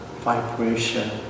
vibration